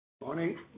Morning